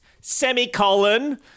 Semicolon